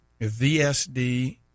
VSD